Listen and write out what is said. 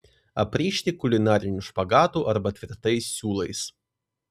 aprišti kulinariniu špagatu arba tvirtais siūlais